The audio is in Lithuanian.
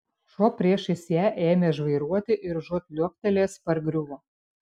šuo priešais ją ėmė žvairuoti ir užuot liuoktelėjęs pargriuvo